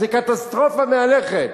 זה קטסטרופה מהלכת.